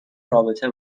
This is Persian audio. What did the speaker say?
رابطه